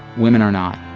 women are not.